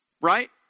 Right